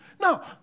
Now